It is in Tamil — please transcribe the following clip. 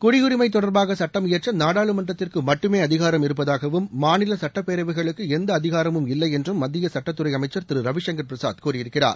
குடியுரிமை தொடர்பாக சட்டம் இயற்ற நாடாளுமன்றத்திற்கு மட்டுமே அதிகாரம் இருப்பதாகவும் மாநில சட்டப்பேரவைகளுக்கு எந்த அதிகாரமும் இல்லையென்றும் மத்திய சுட்டத்துறை அமைச்சர் திரு ரவிசங்கர் பிரசாத் கூறியிருக்கிறார்